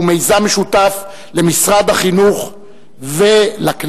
שהוא מיזם משותף למשרד החינוך ולכנסת,